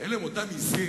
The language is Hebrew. אלה הן אותן עזים